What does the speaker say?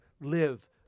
live